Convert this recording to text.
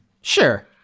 sure